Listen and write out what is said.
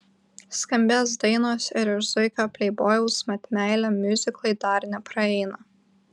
skambės dainos ir iš zuikio pleibojaus mat meilė miuziklui dar nepraeina